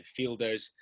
midfielders